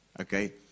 Okay